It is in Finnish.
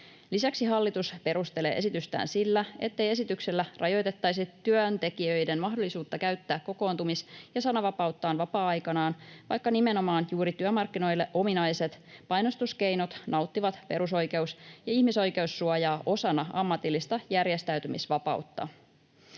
Lisäksi hallitus perustelee esitystään sillä, ettei esityksellä rajoitettaisi työntekijöiden mahdollisuutta käyttää kokoontumis- ja sananvapauttaan vapaa-aikanaan, vaikka nimenomaan juuri työmarkkinoille ominaiset painostuskeinot nauttivat perusoikeus- ja ihmisoikeussuojaa osana ammatillista järjestäytymisvapautta.